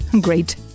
Great